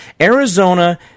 Arizona